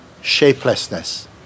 shapelessness